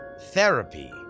therapy